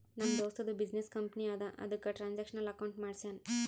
ನಮ್ ದೋಸ್ತದು business company ಅದಾ ಅದುಕ್ಕ ಟ್ರಾನ್ಸ್ಅಕ್ಷನಲ್ ಅಕೌಂಟ್ ಮಾಡ್ಸ್ಯಾನ್